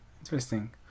Interesting